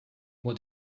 what